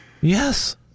Yes